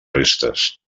restes